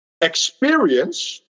Experience